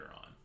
on